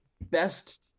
best